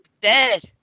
dead